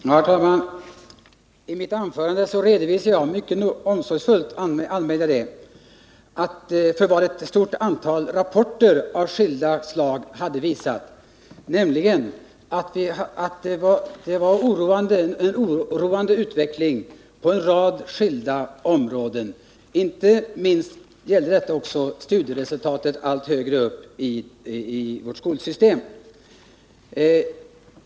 Herr talman! I mitt anförande redovisade jag mycket omsorgsfullt vad ett stort antal rapporter av skilda slag hade visat, nämligen en oroande utveckling på en rad skilda områden; inte minst gällde detta också studieresultat allt högre upp i vårt skolsystem.